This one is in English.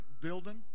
building